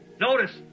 Notice